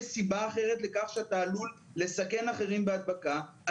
סיבה אחרת לכך שאתה עלול לסכן אחרים בהדבקה,